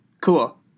cool